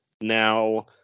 Now